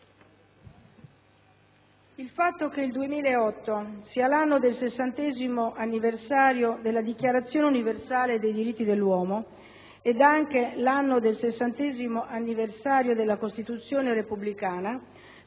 Il fatto che il 2008 sia l'anno del 60° anniversario della Dichiarazione universale dei diritti dell'uomo, ed anche l'anno del 60° anniversario della Costituzione repubblicana,